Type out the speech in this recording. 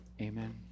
Amen